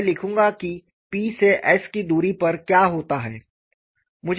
मैं लिखूंगा कि P से s की दूरी पर क्या होता है